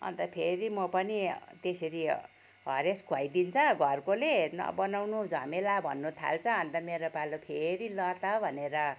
अन्त फेरि म पनि त्यसरी हरेस खुवाइदिन्छ घरकोले नबनाउनु झमेला भन्नु थाल्छ अन्त मेरो पालो फेरि ल त भनेर